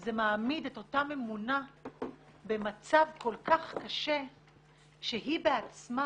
זה מעמיד את אותה ממונה במצב כל כך קשה שהיא בעצמה